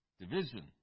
division